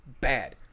bad